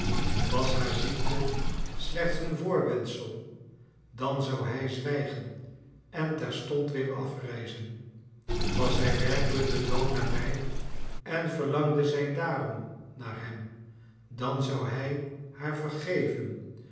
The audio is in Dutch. was haar ziekte slechts een voorwendsel dan zou hij zwijgen en terstond weer afreizen was zij werkelijk den dood nabij en verlangde zij daarom naar hem dan zou hij haar vergeven